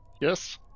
Yes